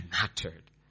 mattered